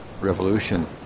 revolution